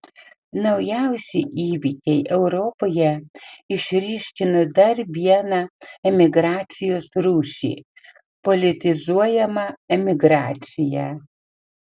naujausi įvykiai europoje išryškino dar vieną emigracijos rūšį politizuojamą emigraciją